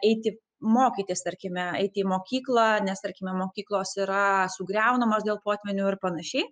eiti mokytis tarkime eiti į mokyklą nes tarkime mokyklos yra sugriaunamos dėl potvynių ir panašiai